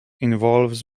involves